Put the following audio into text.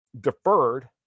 deferred